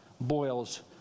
boils